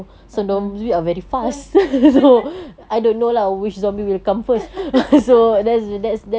(uh huh) fast